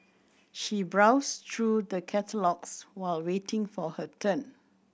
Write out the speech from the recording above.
she browsed through the catalogues while waiting for her turn